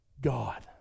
God